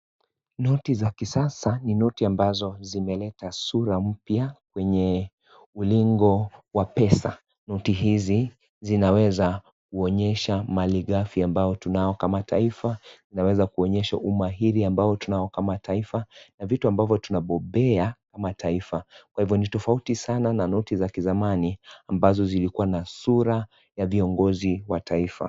Noti za kisasa ni noti ambazo zimeleta sura mpya kwenye ulingo wa pesa. Noti hizi zinaweza kuonyesha maligafi ambayo tunayo kama taifa, inawezakuonyesha umahiri ambao tunao kama taifa, na vitu ambavyo tunabobea kama taifa. Kwa hivo ni tafauti sana na noti za kizamani, ambazo zilikua na sura ya viongozi wa taifa.